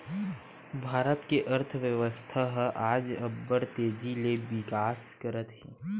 भारत के अर्थबेवस्था ह आज अब्बड़ तेजी ले बिकास करत हे